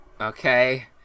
Okay